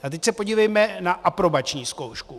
A teď se podívejme na aprobační zkoušku.